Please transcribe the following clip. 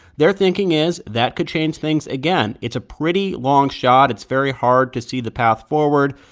their thinking is that could change things again it's a pretty long shot. it's very hard to see the path forward.